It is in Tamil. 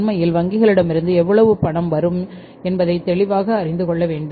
உண்மையில் வங்கிகளிடமிருந்து எவ்வளவு பணம் வரும் என்பதை தெளிவாக அறிந்து கொள்ள வேண்டும்